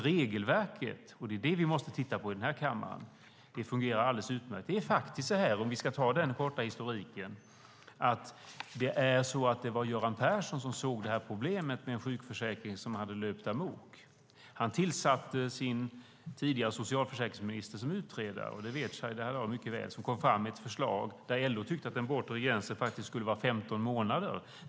Regelverket - och det är det vi måste titta på i denna kammare - fungerar alldeles utmärkt. Om jag ska ta den korta historiken var det Göran Persson som såg problemet med en sjukförsäkring som hade löpt amok. Han tillsatte sin tidigare socialförsäkringsminister som utredare - det vet Shadiye Heydari mycket väl - som kom fram med ett förslag där LO tyckte att den bortre gränsen skulle vara 15 månader.